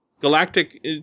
galactic